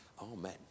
Amen